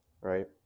right